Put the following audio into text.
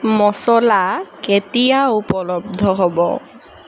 মচলা কেতিয়া উপলব্ধ হ'ব